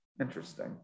interesting